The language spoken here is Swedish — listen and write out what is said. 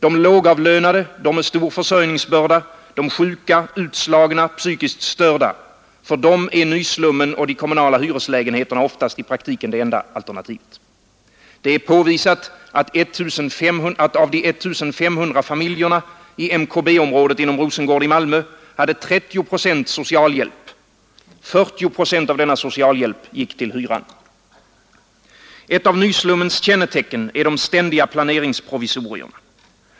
De lågavlönade, de med stor försörjningsbörda, de sjuka, de utslagna, de psykiskt störda — för dem är nyslummen och de kommunala hyreslägenheterna oftast i praktiken det enda alternativet. Det är påvisat att av de 1500 familjerna i MKB-området inom Rosengård i Malmö hade 30 procent socialhjälp. 40 procent av denna socialhjälp gick till hyran. Ett av nyslummens kännetecken är de ständiga planeringsprovisorierna.